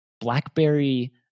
blackberry